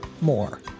more